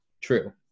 true